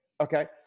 Okay